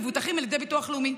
מבוטחים על ידי ביטוח לאומי.